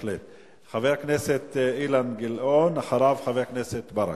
חבר הכנסת אילן גילאון, ואחריו, חבר הכנסת ברכה.